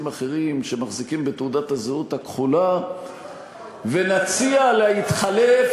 אחרים שמחזיקים בתעודת הזהות הכחולה ונציע להתחלף,